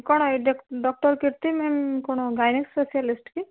କଣ ଏ ଡ଼କ୍ଟର କେତେ ଦିନ କଣ ଗାଇନିକ୍ ସ୍ପେସାଲିଷ୍ଟ କି